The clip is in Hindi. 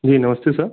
जी नमस्ते सर